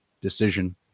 decision